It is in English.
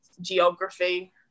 geography